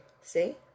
See